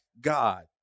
God